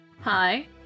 Hi